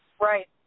Right